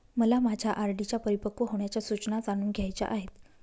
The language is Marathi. मला माझ्या आर.डी च्या परिपक्व होण्याच्या सूचना जाणून घ्यायच्या आहेत